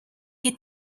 que